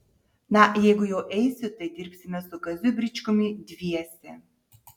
na jeigu jau eisiu tai dirbsime su kaziu bričkumi dviese